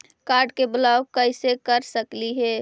Card के block कैसे कर सकली हे?